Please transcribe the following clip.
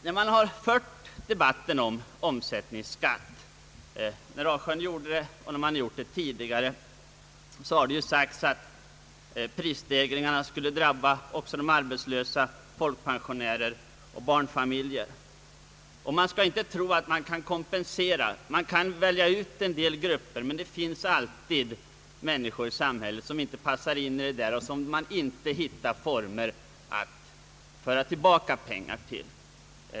När debatten kring omsättningsskatten fördes av Rasjön och andra säådes det att prisstegringarna skulle drabba också arbetslösa, folkpensionärer och barnfamiljer. Vi':skall inte tro att man lätt kan kompensera dem. Det går att välja ut en del grupper, men det finns alltid människor i samhället som inte passar in i detta urval och som man inte kan hitta former att föra tillbaka pengar till.